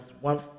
one